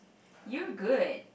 you're good